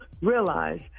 realize